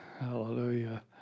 hallelujah